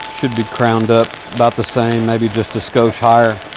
should be crowned up about the same, maybe just a skosh higher.